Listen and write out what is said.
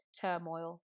turmoil